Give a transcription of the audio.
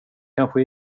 kanske